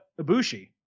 Ibushi